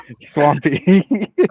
Swampy